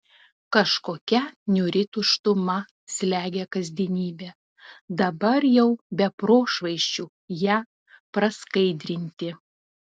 kažkokia niūri tuštuma slegia kasdienybę dabar jau be prošvaisčių ją praskaidrinti